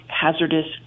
hazardous